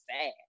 sad